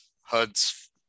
HUD's